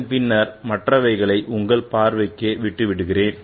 அதன்பின் மற்றவைகளை உங்கள் பார்வைக்கே விட்டுவிடுகிறேன்